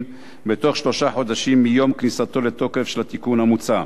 בתוך שלושה חודשים מיום כניסתו לתוקף של התיקון המוצע.